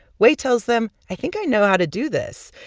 wei tells them, i think i know how to do this.